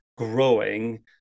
growing